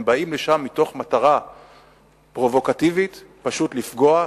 הם באים לשם מתוך מטרה פרובוקטיבית, פשוט לפגוע,